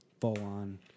full-on